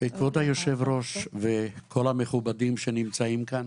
בעקבות היושב ראש וכל המכובדים שנמצאים כאן